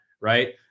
right